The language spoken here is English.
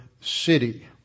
city